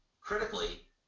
critically